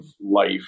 life